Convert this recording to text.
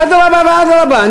אז אדרבה ואדרבה.